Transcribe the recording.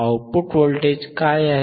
output voltage काय आहे